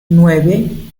nueve